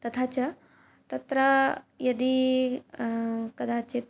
तथा च तत्र यदि कदाचित्